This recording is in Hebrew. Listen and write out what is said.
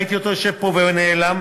ראיתי אותו יושב פה והוא נעלם,